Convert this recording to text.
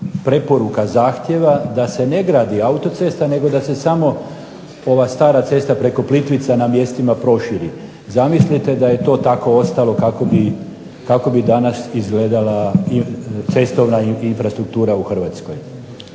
preporuka, zahtjeva da se ne gradi autocesta, nego da se samo ova stara cesta preko Plitvica na mjestima proširi. Zamislite da je to tako ostalo kako bi danas izgledala cestovna infrastruktura u Hrvatskoj.